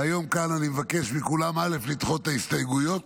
והיום כאן אני מבקש מכולם לדחות את ההסתייגויות,